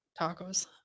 Tacos